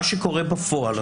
מה שקורה בפועל,